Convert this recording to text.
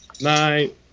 night